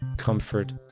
comfort,